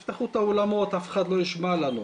אם יפתחו את האולמות אז אף אחד לא יישמע לנו.